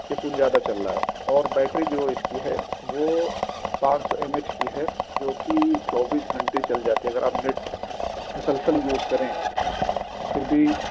یہ فون زیادہ چل رہا ہے اور بیٹری جو اس کی ہے وہ پانچ سو ایم ایچ کی ہے جو کہ چوبیس گھنٹے چل جاتی ہے اگر آپ نیٹ مسلسل یوز کریں پھر بھی